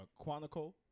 Quantico